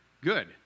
Good